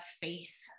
faith